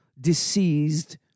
deceased